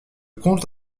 comte